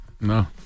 No